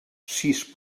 sis